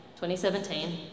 2017